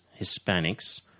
Hispanics